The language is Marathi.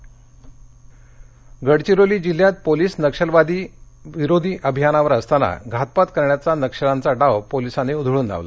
गडचिरोली गडचिरोली जिल्ह्यात पोलीस नक्षलविरोधी अभियानावर असताना घातपात करण्याचा नक्षल्यांचा डाव पोलिसांनी उधळून लावला